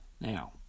Now